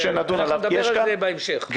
נדבר על זה בהמשך.